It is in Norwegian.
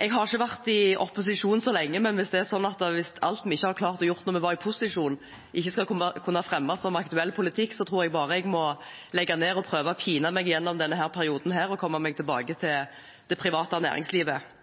Jeg har ikke vært i opposisjon så lenge, men hvis det er sånn at alt en ikke har klart å gjøre noe med i posisjon, ikke skal kunne fremmes som aktuell politikk, tror jeg bare jeg må legge ned og prøve å pine meg gjennom denne perioden og komme meg tilbake til det private næringslivet.